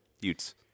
Utes